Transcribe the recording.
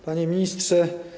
Panie Ministrze!